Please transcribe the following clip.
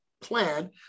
plan